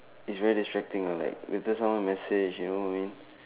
it's very distracting lah like later someone message you know what I mean